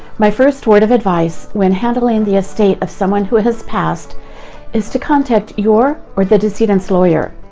my first word of advice when handling the estate of someone who has passed is to contact your or the decedent's lawyer.